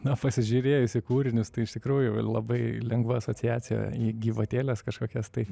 na pasižiūrėjus į kūrinius tai iš tikrųjų labai lengva asociacija į gyvatėles kažkokias tai